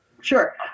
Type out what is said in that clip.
Sure